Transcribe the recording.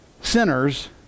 sinners